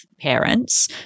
parents